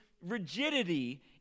rigidity